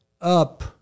up